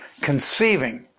conceiving